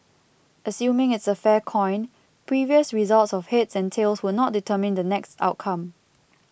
assuming it's a fair coin previous results of heads and tails will not determine the next outcome